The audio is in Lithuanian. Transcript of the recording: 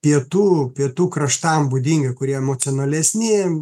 pietų pietų kraštam būdingi kurie emocionalesni